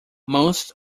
most